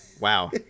Wow